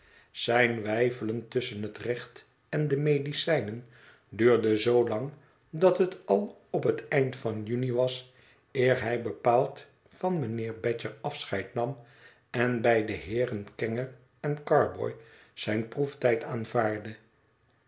zijn weifelen tusschen het recht én de medicijnen duurde zoo lang dat het al op het eind van juni was eer hij bepaald van mijnheer badger afscheid nam en bij de heeren kenge en carboy zijn proeftijd aanvaardde